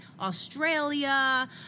Australia